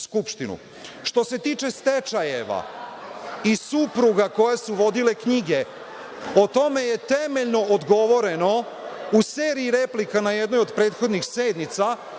se tiče stečajeva i supruga koje su vodile knjige, o tome je temeljno odgovoreno u seriji replika na jednoj od prethodnih sednica